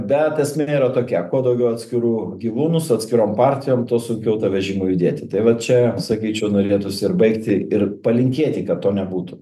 bet esmė yra tokia kuo daugiau atskirų gyvūnų su atskirom partijom tuo sunkiau tą vežimui judėti tai vat čia sakyčiau norėtųsi ir baigti ir palinkėti kad to nebūtų